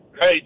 Hey